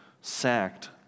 sacked